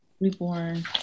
reborn